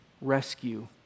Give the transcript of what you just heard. rescue